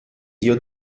dio